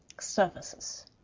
services